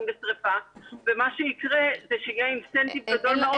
לשריפה ומה שיקרה זה שיהיה תמריץ גדול מאוד לשרוף.